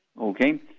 Okay